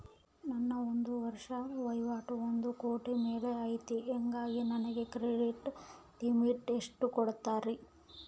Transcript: ನನ್ನ ಒಂದು ವರ್ಷದ ವಹಿವಾಟು ಒಂದು ಕೋಟಿ ಮೇಲೆ ಐತೆ ಹೇಗಾಗಿ ನನಗೆ ಕ್ರೆಡಿಟ್ ಲಿಮಿಟ್ ಎಷ್ಟು ಕೊಡ್ತೇರಿ?